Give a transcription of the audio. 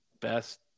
best